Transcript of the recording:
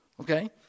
Okay